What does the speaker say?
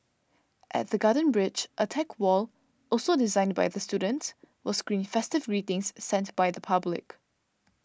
at the Garden Bridge a tech wall also designed by the students will screen festive greetings sent by the public